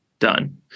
done